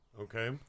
Okay